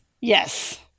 yes